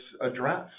address